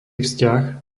vzťah